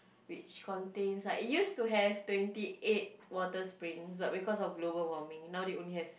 which contains like it used to have twenty eight water springs but because of global warming now they only have